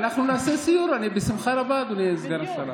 אנחנו נעשה סיור, בשמחה רבה, אדוני סגן השרה.